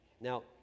Now